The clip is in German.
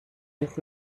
und